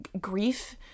grief